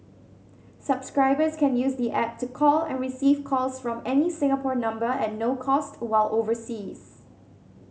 subscribers can use the app to call and receive calls from any Singapore number at no cost while overseas